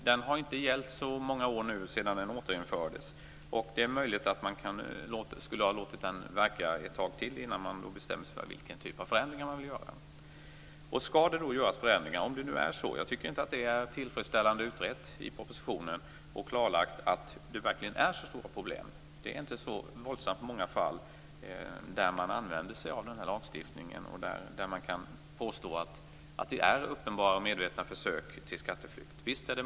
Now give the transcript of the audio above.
Den har inte gällt så många år sedan den återinfördes, och det är möjligt att man skulle ha låtit den verka ett tag till innan man bestämmer sig för vilken typ av förändringar som man vill göra. Jag tycker inte att detta är tillfredsställande utrett i propositionen och klarlagt att problemen verkligen är så stora, och man använder sig inte av denna lagstiftning i så många fall där man kan påstå att det är fråga om uppenbara och medvetna försök till skatteflykt.